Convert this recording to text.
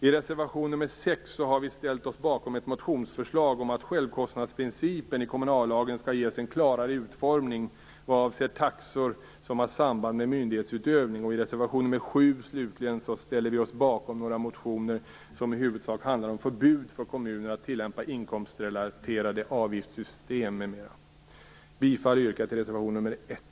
I reservation nr 6 har vi ställt oss bakom ett motionsförslag om att självkostnadsprincipen i kommunallagen skall ges en klarare utformning vad avser taxor som har samband med myndighetsutövning. I reservation nr 7, slutligen, ställer vi oss bakom några motioner som i huvudsak handlar om förbud för kommuner att tillämpa inkomstrelaterade avgiftssystem m.m. Bifall yrkar jag till reservation nr 1.